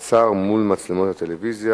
המחפיר והלקוי בתלונתו מצד משטרת עפולה.